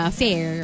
fair